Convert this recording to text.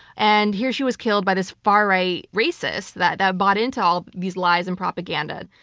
and here she was, killed by this far right racist that that bought into all these lies and propaganda,